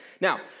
Now